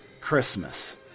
Christmas